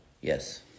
Yes